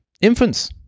infants